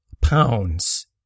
pounds